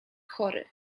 chory